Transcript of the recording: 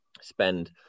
spend